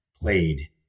played